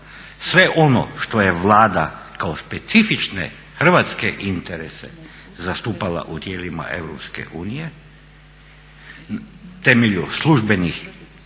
sve ono što je Vlada kao specifične hrvatske interese zastupala u tijelima EU temeljem službenih,